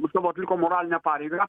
nu savo atliko moralinę pareigą